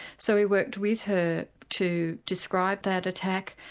so we worked with her to describe that attack,